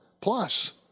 plus